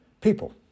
people